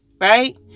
right